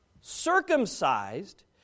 circumcised